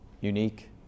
unique